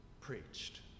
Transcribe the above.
preached